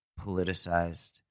politicized